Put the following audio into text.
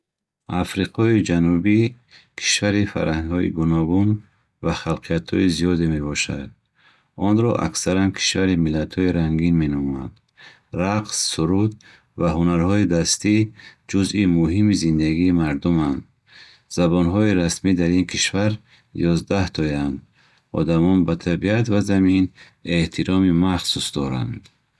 Африқои Ҷанубӣ кишвари фарҳангҳои гуногун ва халқиятҳои зиёде мебошад. Онро аксаран кишвари миллатҳои рангин меноманд. Рақс, суруд ва ҳунарҳои дастӣ ҷузъи муҳими зиндагии мардуманд. Забонҳои расмӣ дар ин кишвар ёздаҳтоянд. Одамон ба табиат ва замин эҳтироми махсус доранд.